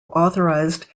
authorized